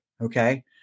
Okay